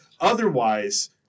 otherwise